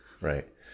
right